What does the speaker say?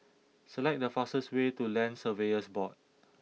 select the fastest way to Land Surveyors Board